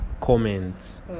comments